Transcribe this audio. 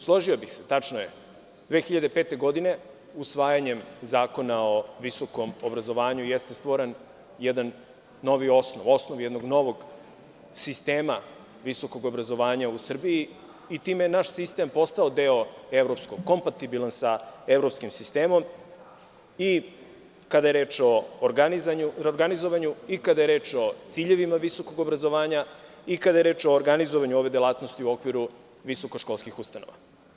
Složio bih se, tačno je, 2005. godine, usvajanjem Zakona o visokom obrazovanju, stvoren je jedan novi osnov, osnov jednog novog sistema visokog obrazovanja u Srbiji i time je naš sistem postao deo evropskog, kompatibilan sa evropskim sistemom i kada je reč o organizovanju i kada je reč o ciljevima visokog obrazovanja i kada je reč o organizovanju ove delatnosti u okviru visokoškolskih ustanova.